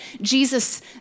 Jesus